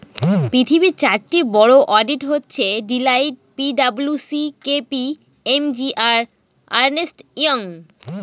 পৃথিবীর চারটি বড়ো অডিট হচ্ছে Deloitte P W C K P M G আর আর্নেস্ট ইয়ং